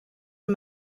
and